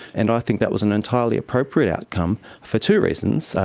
and i think that was an entirely appropriate outcome, for two reasons.